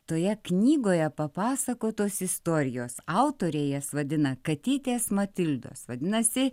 toje knygoje papasakotos istorijos autorė jas vadina katytės matildos vadinasi